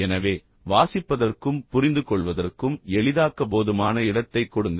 எனவே வாசிப்பதற்கும் புரிந்துகொள்வதற்கும் எளிதாக்க போதுமான இடத்தை கொடுங்கள்